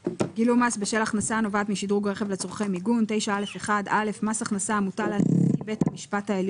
"גילום מס בשל 9א1. (א) מס הכנסה המוטל על נשיא בית המשפט הכנסה